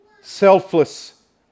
Selfless